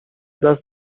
دست